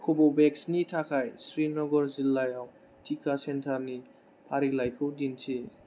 कव'भेक्सनि थाखाय श्रीनगर जिल्लायाव टिका सेन्टारनि फारिलाइखौ दिन्थि